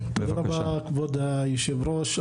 תודה רבה, כבוד היושב-ראש.